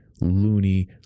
loony